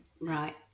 Right